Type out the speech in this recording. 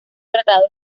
tratado